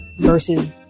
versus